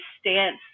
stance